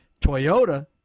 Toyota